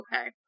okay